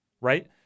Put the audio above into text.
right